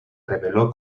rebeló